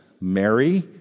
Mary